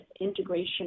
integration